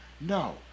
No